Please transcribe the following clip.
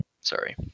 Sorry